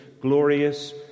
glorious